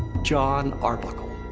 jon arbuckle.